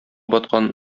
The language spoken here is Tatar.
баткан